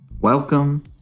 Welcome